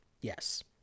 Yes